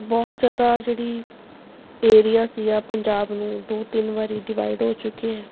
ਬਹੁਤ ਜ਼ਿਆਦਾ ਜਿਹੜਾ ਏਰੀਆ ਸੀਗਾ ਪੰਜਾਬ ਨੂੰ ਦੋ ਤਿੰਨ ਵਾਰੀ ਡਿਵਾਇਡ ਹੋ ਚੁੱਕਿਆ